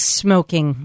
smoking